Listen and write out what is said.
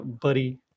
buddy